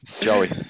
Joey